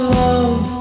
love